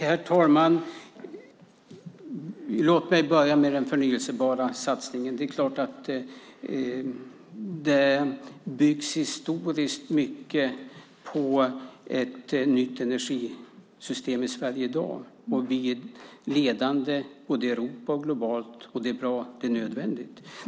Herr talman! Låt mig börja med den förnybara satsningen. Det är klart att det byggs historiskt mycket på ett nytt energisystem i Sverige i dag. Vi är ledande både i Europa och globalt. Det är bra. Det är nödvändigt.